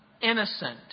innocent